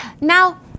Now